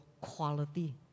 quality